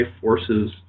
forces